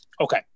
Okay